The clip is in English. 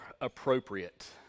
appropriate